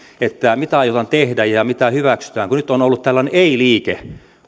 mitä aiotaan tehdä ja mitä hyväksytään kun nyt on ollut tällainen ei liike